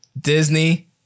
Disney